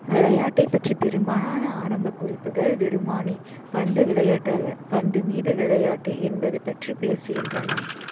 விளையாட்டைப் பற்றிய பெரும்பாலான ஆரம்ப குறிப்புகள் வெறுமனே பந்து விளையாட்டு அல்ல பந்து மீது விளையாட்டு என்பதை பற்றி பேசுகின்றன